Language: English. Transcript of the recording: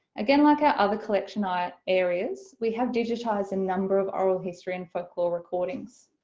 again like our other collection i areas we have digitized a number of oral history and folklore recordings.